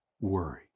worry